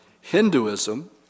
Hinduism